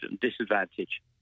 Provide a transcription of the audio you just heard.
disadvantage